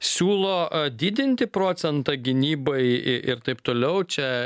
siūlo didinti procentą gynybai ir taip toliau čia